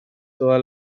toda